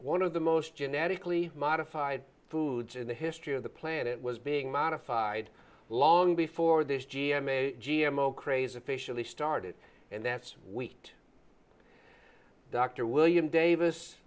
one of the most genetically modified foods in the history of the planet was being modified long before this g m a g m o craze officially started and that's wheat dr william davis